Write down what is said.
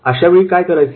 त्यावेळी काय करायचे